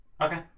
Okay